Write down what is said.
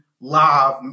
live